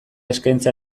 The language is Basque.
eskaintza